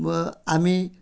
अब हामी